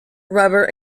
rubber